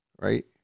right